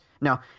Now